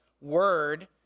word